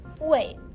Wait